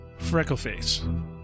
Freckleface